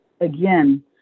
again